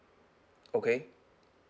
okay